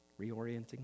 Reorienting